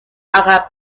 عقب